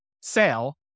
sale